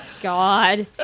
God